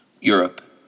Europe